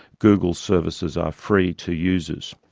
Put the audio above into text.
google's services are free to users.